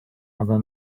aga